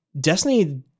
destiny